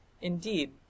Indeed